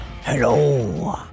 Hello